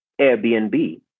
Airbnb